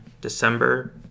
December